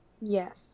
Yes